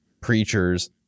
preachers